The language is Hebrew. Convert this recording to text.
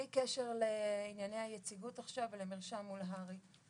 בלי קשר לענייני היציבות עכשיו ולמרשם מול הר"י,